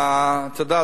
תודה.